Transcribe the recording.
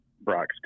Brock's